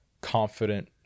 confident